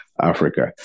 Africa